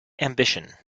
ambition